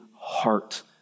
heart